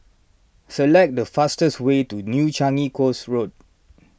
select the fastest way to New Changi Coast Road